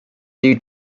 due